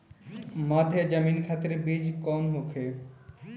मध्य जमीन खातिर बीज कौन होखे?